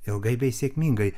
ilgai bei sėkmingai